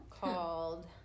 called